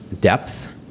depth